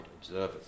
observers